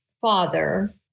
father